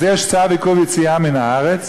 אז יש צו עיכוב יציאה מן הארץ